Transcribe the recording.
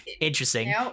Interesting